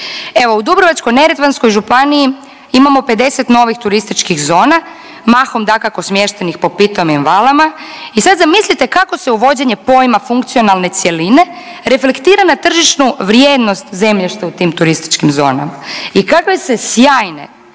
Evo u Dubrovačko-neretvanskoj županiji imao 50 novih turističkih zona, mahom dakako smještenih po pitomim valama i sad zamislite kako se uvođenje pojma funkcionalne cjeline reflektira na tržišnu vrijednost zemljišta u tim turističkim zonama i kakve se sjajne